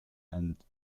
and